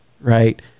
right